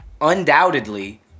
undoubtedly